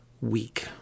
week